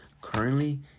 currently